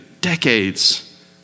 decades